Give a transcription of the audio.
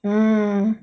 mmhmm